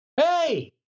Hey